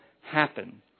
happen